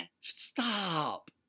Stop